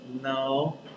No